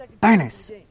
Burners